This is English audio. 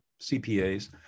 CPAs